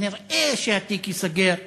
שכנראה שהתיק ייסגר,